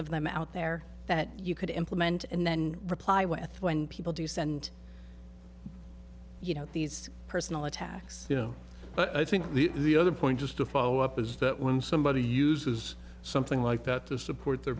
of them out there that you could implement and then reply with when people do send you know these personal attacks but i think the the other point just to follow up is that when somebody uses something like that to support their